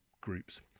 groups